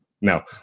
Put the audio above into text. Now